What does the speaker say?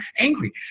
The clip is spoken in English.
angry